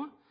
og dette meiner Framstegspartiet er